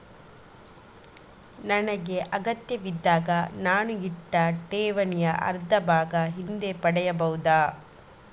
ನನಗೆ ಅಗತ್ಯವಿದ್ದಾಗ ನಾನು ಇಟ್ಟ ಠೇವಣಿಯ ಅರ್ಧಭಾಗ ಹಿಂದೆ ಪಡೆಯಬಹುದಾ?